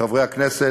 חברי הכנסת,